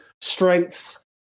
Strengths